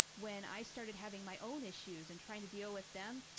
when i started having my own issues and trying to deal with them,